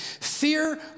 Fear